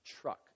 truck